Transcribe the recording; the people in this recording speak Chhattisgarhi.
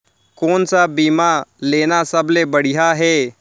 कोन स बीमा लेना सबले बढ़िया हे?